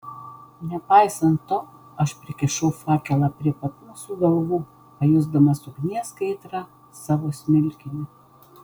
nepaisant to aš prikišau fakelą prie pat mūsų galvų pajusdamas ugnies kaitrą savo smilkiniu